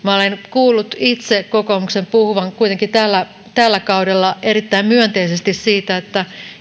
itse kuitenkin kuullut kokoomuksen puhuvan tällä tällä kaudella erittäin myönteisesti siitä että